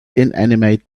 inanimate